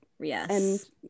yes